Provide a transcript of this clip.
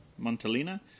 Montalina